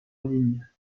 ligne